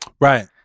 right